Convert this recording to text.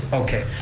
okay.